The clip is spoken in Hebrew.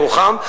ירוחם,